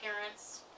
parents